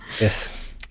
Yes